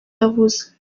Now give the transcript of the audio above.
yavuze